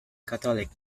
catholic